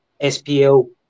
SPL